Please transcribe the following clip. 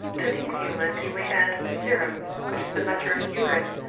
to these humours you may add serum, which is the matter of urine,